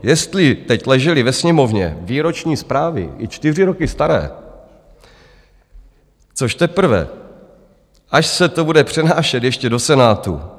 Jestli teď ležely ve Sněmovně výroční zprávy i čtyři roky staré, což teprve až se to bude přenášet ještě do Senátu?